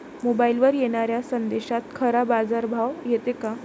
मोबाईलवर येनाऱ्या संदेशात खरा बाजारभाव येते का?